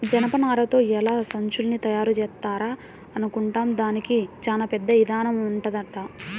జనపనారతో ఎలా సంచుల్ని తయారుజేత్తారా అనుకుంటాం, దానికి చానా పెద్ద ఇదానం ఉంటదంట